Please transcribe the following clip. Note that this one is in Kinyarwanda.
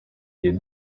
gihe